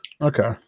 Okay